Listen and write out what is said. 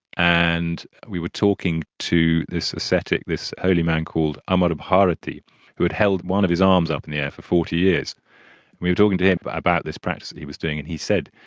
and we were talking to this ascetic, this holy man called amar bharati who had held one of his arms up in the air for forty years, and we were talking to him but about this practice that he was doing and he said,